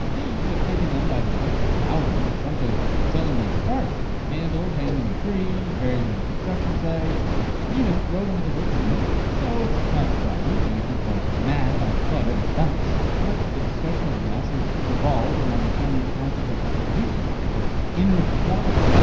thieves have taken them by the tens of thousands, essentially selling them for parts. vandals hang them in trees, bury them in construction sites and even throw them into lakes and rivers! so it's not surprising many people are mad by the clutter with the bikes! much of the discussion of the mess has revolved around the chinese concept of suzhi, or inner quality,